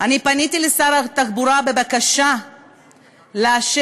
אני פניתי לשר התחבורה בבקשה לאשר